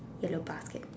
yellow basket